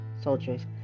soldiers